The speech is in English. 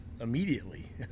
immediately